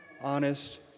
honest